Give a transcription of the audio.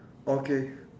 okay